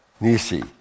Nisi